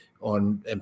on